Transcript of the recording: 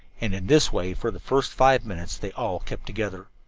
and in this way for the first five minutes they all kept together.